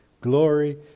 glory